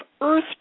Earth